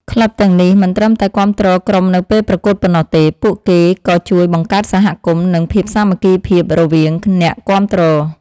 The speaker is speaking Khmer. ក្លឹបទាំងនេះមិនត្រឹមតែគាំទ្រក្រុមនៅពេលប្រកួតប៉ុណ្ណោះទេ ពួកគេក៏ជួយបង្កើតសហគមន៍ និងភាពសាមគ្គីភាពរវាងអ្នកគាំទ្រ។